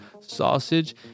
Sausage